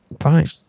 fine